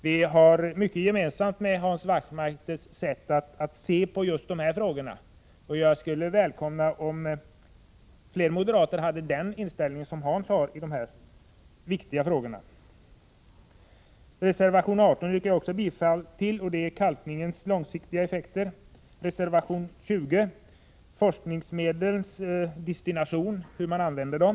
Den har mycket gemensamt med Hans Wachtmeisters sätt att se på dessa frågor. Jag skulle välkomna om fler moderater hade samma inställning som Hans Wachtmeister i dessa viktiga frågor. Reservation 18 yrkar jag också bifall till. Den gäller kalkningens långsiktiga effekter. Jag yrkar bifall till reservation 20 om forskningsmedlens destination och hur man använder dem.